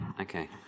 Okay